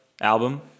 album